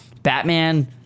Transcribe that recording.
Batman